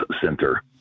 Center